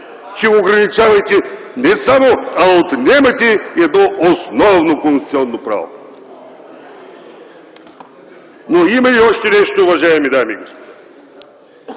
ограничавате, а отнемате едно основно конституционно право? Има и още нещо, уважаеми дами и господа.